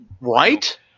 right